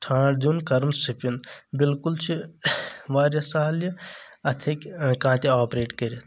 ٹھانڈ دیُن کرُن سُپِن بالکل چھُ واریاہ سہل یہِ اَتھ ہیٚکہِ کانٛہہ تہِ آپریٹ کٔرِتھ